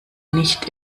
nicht